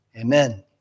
Amen